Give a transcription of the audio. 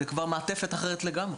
זו כבר מעטפת אחרת לגמרי,